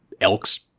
elk's